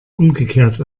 umgekehrt